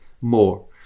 more